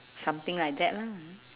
something like that lah